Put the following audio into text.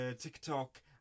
TikTok